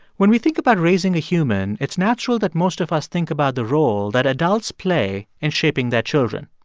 when we think about raising a human, it's natural that most of us think about the role that adults play in shaping their children.